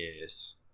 yes